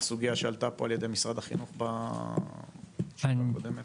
סוגיה שעלתה פה על ידי משרד החינוך בישיבה הקודמת.